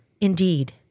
indeed